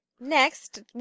Next